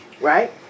Right